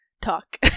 talk